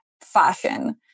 fashion